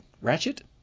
ratchet